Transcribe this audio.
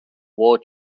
war